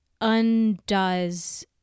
undoes